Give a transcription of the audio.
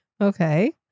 Okay